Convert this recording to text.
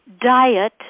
diet